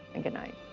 and good night.